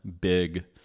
big